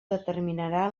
determinarà